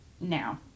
now